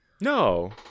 No